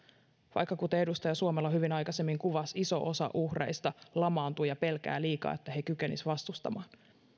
vaikka kuten edustaja suomela hyvin aikaisemmin kuvasi iso osa uhreista lamaantuu ja pelkää liikaa että he eivät kykenisi vastustamaan